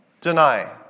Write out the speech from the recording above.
deny